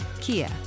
Kia